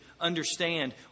understand